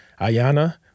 Ayana